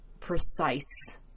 precise